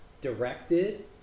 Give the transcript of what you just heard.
directed